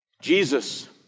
Jesus